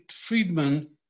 Friedman